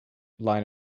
line